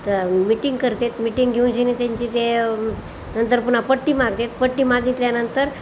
तर मिटींग करतात मिटिंग घेऊन जेणे त्यांची ते नंतर पुन्हा पट्टी मागतात पट्टी मागितल्यानंतर